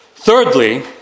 Thirdly